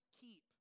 keep